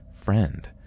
friend